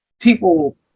people